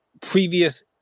previous